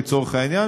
לצורך העניין,